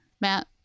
Matt